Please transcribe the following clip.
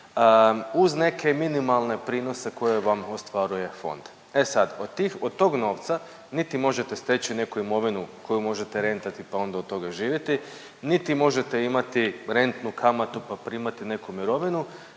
uz neke minimalne prinose koje vam ostvaruje fond. E sad, od tog novca niti možete steći neku imovinu koju možete rentati pa onda od toga živjeti, niti možete imati rentnu kamatu pa primati neku mirovinu.